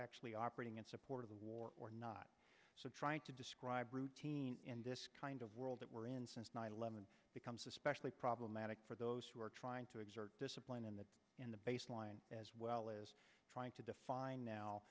actually operating in support of the war or not so trying to describe routine in this kind of world that we're in since nine eleven becomes especially problematic for those who are trying to exert discipline in the in the baseline as well as trying to define now